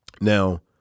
Now